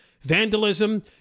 vandalism